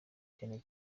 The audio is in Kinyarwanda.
cyane